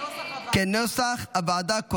כנוסח הוועדה,